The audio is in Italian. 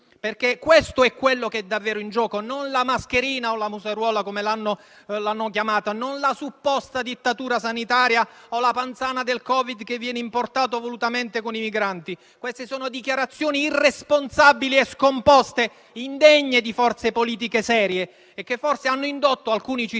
perché questo è quello che è davvero in gioco, e non la mascherina o la museruola - come l'hanno chiamata - non la supposta dittatura sanitaria o la panzana del Covid-19 che viene importato volutamente con i migranti: queste sono dichiarazioni irresponsabili e scomposte, indegne di forze politiche serie e che forse hanno indotto alcuni cittadini